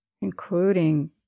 including